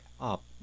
up